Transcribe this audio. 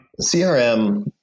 CRM